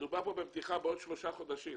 מדובר פה בפתיחה בעוד שלושה חודשים